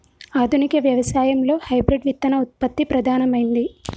ఆధునిక వ్యవసాయం లో హైబ్రిడ్ విత్తన ఉత్పత్తి ప్రధానమైంది